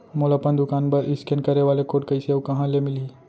मोला अपन दुकान बर इसकेन करे वाले कोड कइसे अऊ कहाँ ले मिलही?